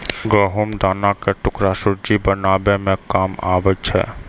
गहुँम दाना के टुकड़ा सुज्जी बनाबै मे काम आबै छै